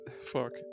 fuck